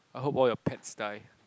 I hope all your pets die